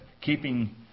keeping